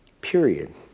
Period